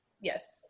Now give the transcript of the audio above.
Yes